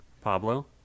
Pablo